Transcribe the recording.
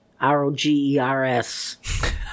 r-o-g-e-r-s